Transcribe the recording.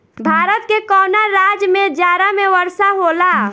भारत के कवना राज्य में जाड़ा में वर्षा होला?